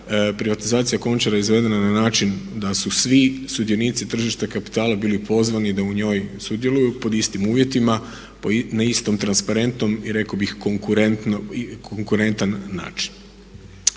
privatizacija Končara izvedena na način da su svi sudionici tržišta kapitala bili pozvani da u njoj sudjeluju pod istim uvjetima na istom transparentnom i rekao bih konkurentan način.